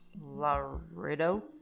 Laredo